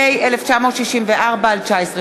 פ/1964/19.